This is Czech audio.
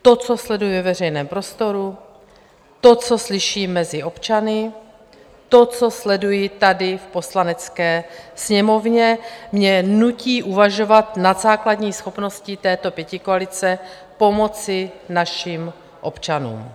To, co sleduji ve veřejném prostoru, to, co slyším mezi občany, to, co sleduji tady v Poslanecké sněmovně, mě nutí uvažovat nad základní schopností této pětikoalice pomoci našim občanům.